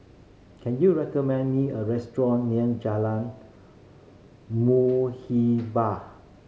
can you recommend me a restaurant near Jalan Muhibbah